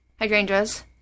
hydrangeas